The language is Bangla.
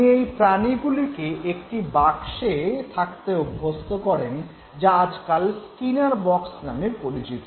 তিনি এই প্রানীগুলিকে একটি বাক্সে থাকতে অভ্যস্ত করেন যা আজকাল স্কিনার বক্স নামে পরিচিত